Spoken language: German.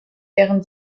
deren